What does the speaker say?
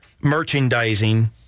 merchandising